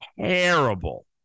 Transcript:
terrible